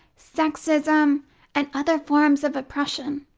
sexism and other forms of oppression.